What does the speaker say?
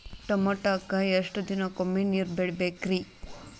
ಟಮೋಟಾಕ ಎಷ್ಟು ದಿನಕ್ಕೊಮ್ಮೆ ನೇರ ಬಿಡಬೇಕ್ರೇ?